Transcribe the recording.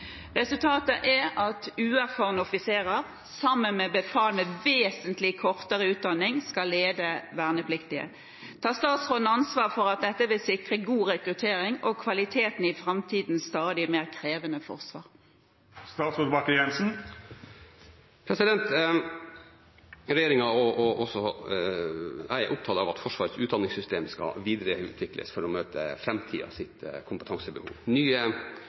Resultatet er at uerfarne offiserer sammen med befal med vesentlig kortere utdanning skal lede vernepliktige. Tar statsråden ansvar for at dette vil sikre god rekruttering, og kvaliteten i fremtidens stadig mer krevende forsvar?» Regjeringen og jeg er opptatt av at Forsvarets utdanningssystem skal videreutvikles for å møte framtidas kompetansebehov.